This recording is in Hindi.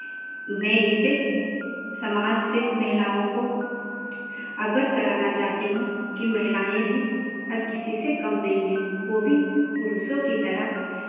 मैं इसे समाज से महिलाओं को अवगत कराना चाहती हूँ कि महिलाएं भी किसी से काम नहीं है वो भी पुरुषों की तरह